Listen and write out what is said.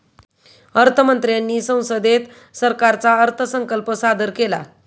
अर्थ मंत्र्यांनी संसदेत सरकारचा अर्थसंकल्प सादर केला